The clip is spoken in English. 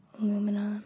Aluminum